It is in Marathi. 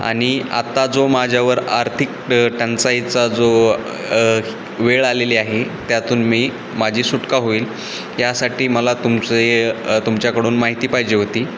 आणि आत्ता जो माझ्यावर आर्थिक ड टंचाईचा जो वेळ आलेली आहे त्यातून मी माझी सुटका होईल यासाठी मला तुमचे तुमच्याकडून माहिती पाहिजे होती